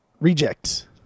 Reject